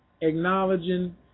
acknowledging